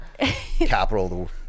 capital